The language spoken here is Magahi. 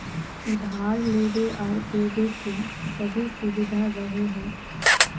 उधार लेबे आर देबे के सभै सुबिधा रहो हइ